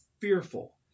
fearful